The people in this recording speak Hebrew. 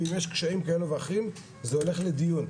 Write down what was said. ואם יש קשיים כאלה ואחרים זה הולך לדיון,